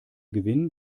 gewinn